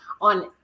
On